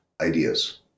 ideas